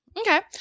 Okay